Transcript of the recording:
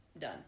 done